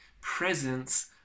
presence